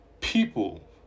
people